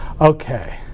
Okay